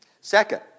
Second